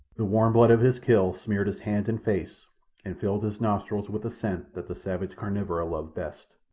the warm blood of his kill smeared his hands and face and filled his nostrils with the scent that the savage carnivora love best.